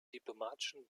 diplomatischen